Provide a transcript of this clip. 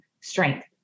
strength